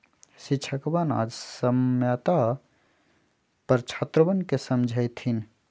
शिक्षकवन आज साम्यता पर छात्रवन के समझय थिन